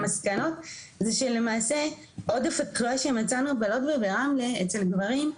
המסקנות זה שלמעשה עודף התחלואה שמצאנו בלוד וברמלה אצל גברים,